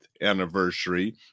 anniversary